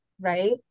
right